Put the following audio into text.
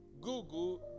Google